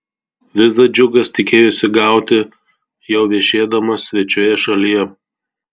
vizą džiugas tikėjosi gauti jau viešėdamas svečioje šalyje